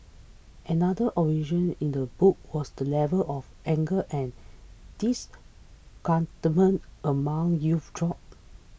another observation in the book was that the level of anger and disgruntlement among youth dropped